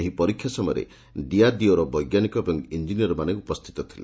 ଏହି ପରୀକ୍ଷା ସମୟରେ ଡିଆର୍ଡିଏର ବୈଙ୍କାନିକ ଏବଂ ଇଞ୍ଞିନିୟର୍ମାନେ ଉପସ୍ଥିତ ଥିଲେ